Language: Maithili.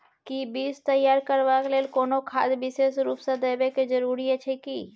कि बीज तैयार करबाक लेल कोनो खाद विशेष रूप स देबै के जरूरी अछि की?